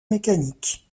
mécanique